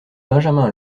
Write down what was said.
benjamin